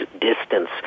distance